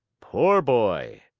poor boy!